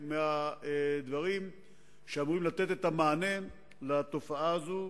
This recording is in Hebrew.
מהדברים שאמורים לתת את המענה על התופעה הזו,